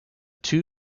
two